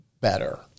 better